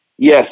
Yes